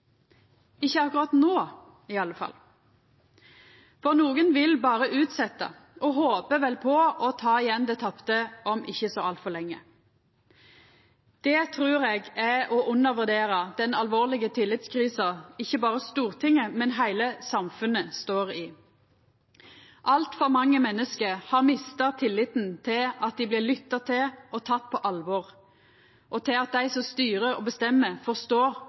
akkurat no, i alle fall, for nokon vil berre utsetja og håpar vel på å ta igjen det tapte om ikkje så altfor lenge. Det trur er eg er å undervurdera den alvorlege tillitskrisa ikkje berre Stortinget, men heile samfunnet står i. Altfor mange menneske har mista tilliten til at dei blir lytta til og tekne på alvor, og til at dei som styrer og bestemmer, forstår